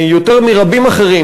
יותר מרבים אחרים,